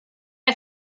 are